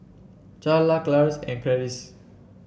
Charla Clarnce and Karis